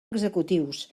executius